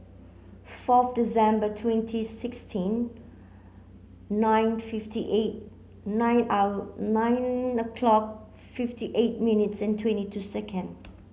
fourth December twenty sixteen nine fifty eight nine nine o'clock fifty eight minutes and twenty two second